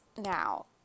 Now